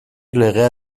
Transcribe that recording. legea